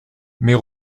mais